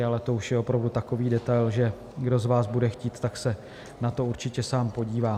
Ale to už je opravdu takový detail, že kdo z vás bude chtít, tak se na to určitě sám podívá.